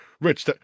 Rich